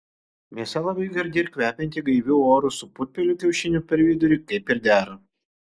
mėsa labai gardi ir kvepianti gaiviu oru su putpelių kiaušiniu per vidurį kaip ir dera